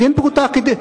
דין פרוטה כדין,